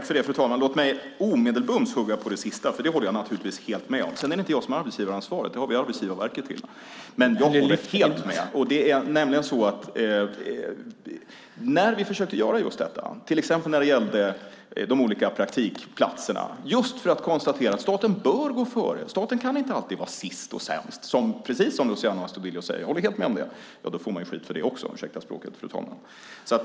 Fru talman! Låt mig omedelbart hugga på det senaste, för det håller jag naturligtvis helt med om. Men jag är inte den som har arbetsgivaransvaret, det har vi Arbetsgivarverket till. Jag håller som sagt helt med. När det gäller de olika praktikplatserna försökte vi vara förebild det och konstaterade att staten bör gå före, staten kan inte alltid var sist och sämst, precis om Astudillo säger, och jag håller helt med om det. Men då får man skit för det också - ursäkta språkbruket, fru talman!